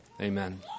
Amen